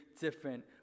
different